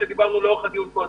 דובר על כך מקודם.